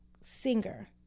Singer